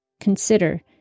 Consider